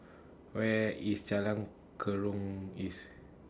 Where IS Jalan